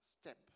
step